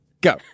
Go